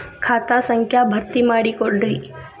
ಖಾತಾ ಸಂಖ್ಯಾ ಭರ್ತಿ ಮಾಡಿಕೊಡ್ರಿ